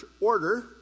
order